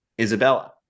Isabella